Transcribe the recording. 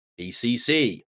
BCC